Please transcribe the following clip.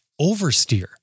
oversteer